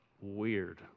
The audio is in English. weird